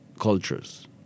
cultures